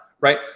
right